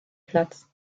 platz